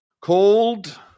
called